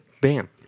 Bam